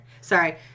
Sorry